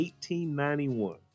1891